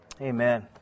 Amen